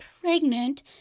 pregnant